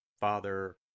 Father